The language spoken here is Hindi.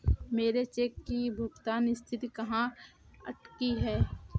मेरे चेक की भुगतान स्थिति कहाँ अटकी है?